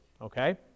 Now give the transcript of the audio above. okay